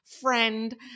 friend